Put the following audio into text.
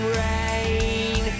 rain